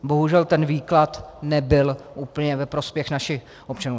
Bohužel ten výklad nebyl úplně ve prospěch našich občanů.